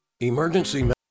Emergency